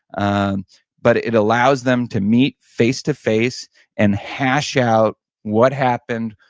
and but it allows them to meet face to face and hash out what happened,